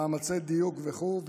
מאמצי דיוק וכדומה,